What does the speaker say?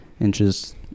inches